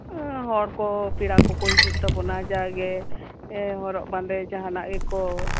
ᱦᱚᱲ ᱠᱚ ᱯᱮᱲᱟ ᱠᱚᱠᱚ ᱦᱤᱡᱩᱜ ᱛᱟᱵᱚᱱᱟ ᱡᱟᱜᱮ ᱮᱻ ᱦᱚᱨᱚᱜ ᱵᱟᱸᱫᱮ ᱡᱟᱦᱟᱸᱱᱟᱜ ᱜᱮᱠᱚ